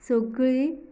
सगळीं